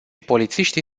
polițiștii